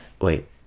Wait